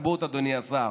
היכל התרבות, אדוני השר,